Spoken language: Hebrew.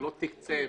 לא תקצב,